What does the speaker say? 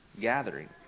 gathering